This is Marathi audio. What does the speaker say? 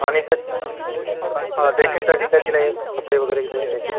आणि त्यात हां ड्रेसिंगसाठी काय तिला हे कपडे वगैरे एकदाच घ्यायचे